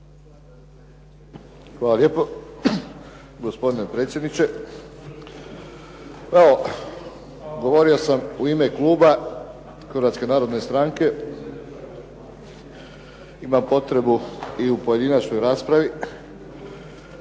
Hvala lijepo, gospodine predsjedniče. Evo, govorio sam u ime Kluba Hrvatske narodne stranke, imam potrebu i u pojedinačnoj raspravi. Naime,